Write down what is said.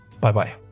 Bye-bye